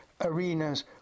arenas